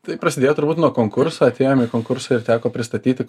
tai prasidėjo turbūt nuo konkurso atėjom į konkursą ir teko pristatyti